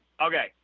Okay